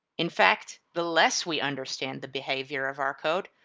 in fact, the less we understand the behavior of our code,